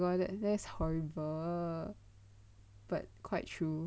oh my god oh my god that's horrible but quite true